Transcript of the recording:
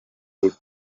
would